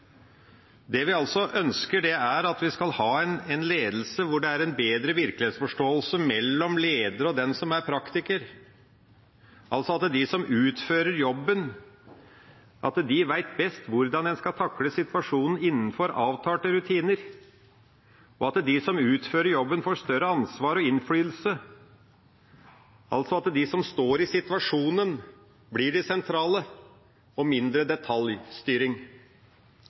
Det vi altså ønsker, er at vi skal ha en ledelse hvor det er en bedre virkelighetsforståelse mellom ledere og den som er praktiker, at de som utfører jobben, vet best hvordan en skal takle situasjonen, innenfor avtalte rutiner, og at de som utfører jobben, får større ansvar og innflytelse – altså at de som står i situasjonen, blir de sentrale, og at det blir mindre detaljstyring.